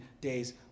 days